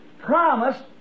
promised